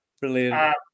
Brilliant